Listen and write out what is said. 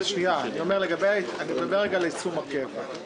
אני מדבר רגע על יישום הקבע.